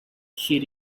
she